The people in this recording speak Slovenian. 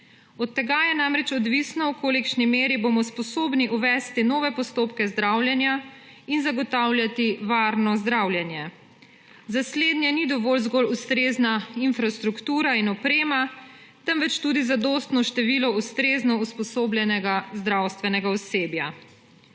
Od tega je namreč odvisno, v kolikšni meri bomo sposobni uvesti nove postopke zdravljenja in zagotavljati varno zdravljenje. Za slednje ni dovolj zgolj ustrezna infrastruktura in oprema, temveč tudi zadostno število ustrezno usposobljenega zdravstvenega osebja.